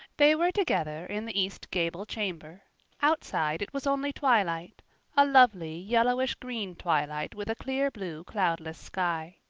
they were together in the east gable chamber outside it was only twilight a lovely yellowish-green twilight with a clear-blue cloudless sky.